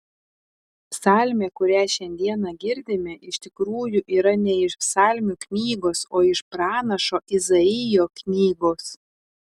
psalmė kurią šiandieną girdime iš tikrųjų yra ne iš psalmių knygos o iš pranašo izaijo knygos